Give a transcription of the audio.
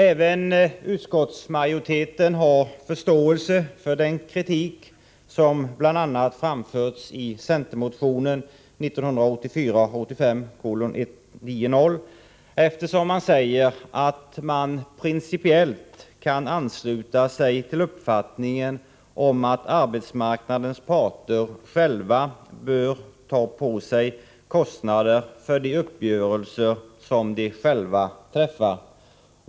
Även utskottsmajoriteten har förståelse för den kritik som bl.a. framförts i centermotion 1984/85:190, eftersom man säger att man principiellt kan ansluta sig till uppfattningen att arbetsmarknadens parter själva bör ta på sig kostnader för de uppgörelser som de träffar.